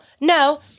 no